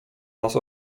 nas